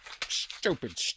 stupid